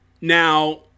Now